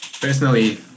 personally